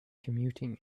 commuting